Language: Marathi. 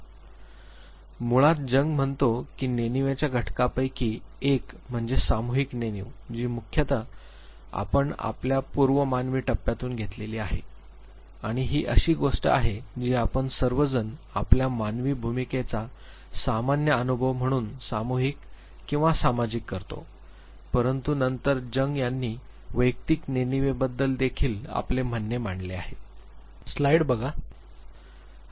म्हणूनच मुळात जंग म्हणतो की नेणिवेच्या घटकांपैकी एक म्हणजे सामूहिक नेणीव जी मुख्यतः आपण आपल्या पूर्व मानवी टप्प्यातून घेतलेली आहे आणि ही अशी गोष्ट आहे जी आपण सर्व जण आपल्या मानवी भूमिकेचा सामान्य अनुभव म्हणून सामुहिक किंवा सामाजिक करतो परंतु नंतर जंग यांनी वैयक्तिक नेणीवे बद्दल देखील आपले म्हणणे मांडले आहे